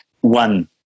one